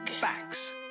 Facts